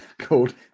called